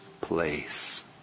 place